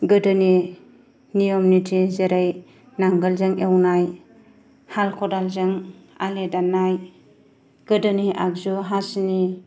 गोदोनि नेमखान्थि जेरै नांगोलजों एवनाय हाल खदालजों आलि दाननाय गोदोनि आगजु हासिनि